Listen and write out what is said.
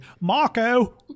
Marco